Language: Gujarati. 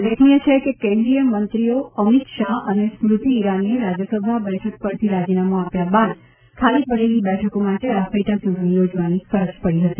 ઉલ્લેખનીય છે કે કેન્દ્રિય મંત્રીઓ અમિત શાહ અને સ્મૃતિ ઇરાનીએ રાજ્યસભા બેઠક પરથી રાજીનામું આપ્યા બાદ ખાલી પડેલી બેઠકો માટે આ પેટાચૂંટણી યોજવાની ફરજ પડી હતી